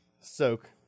Soak